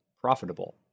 profitable